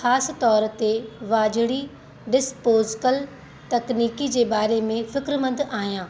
ख़ासि तौरु ते वाजिड़ी डिसपोसिकल तक्नीकी जे बारे में फ़िकिरमंद आहियां